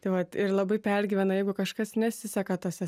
tai vat ir labai pergyvena jeigu kažkas nesiseka tuose